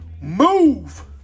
move